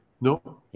no